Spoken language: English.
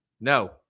No